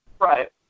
Right